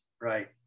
right